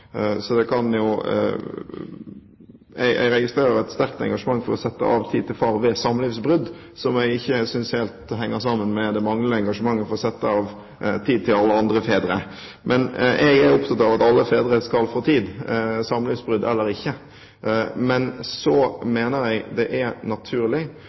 Jeg registrerer et sterkt engasjement for å sette av tid til far ved samlivsbrudd, som jeg ikke synes helt henger sammen med det manglende engasjementet for å sette av tid til alle andre fedre. Jeg er opptatt av at alle fedre skal få tid – samlivsbrudd eller ikke. Så mener jeg det er naturlig